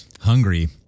Hungry